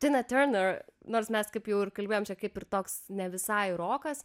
tina turner nors mes kaip jau ir kalbėjom čia kaip ir toks ne visai rokas